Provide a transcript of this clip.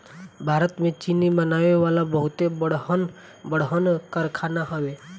भारत में चीनी बनावे वाला बहुते बड़हन बड़हन कारखाना हवे